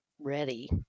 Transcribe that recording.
ready